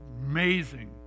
amazing